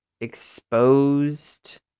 exposed